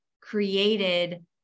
created